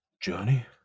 journey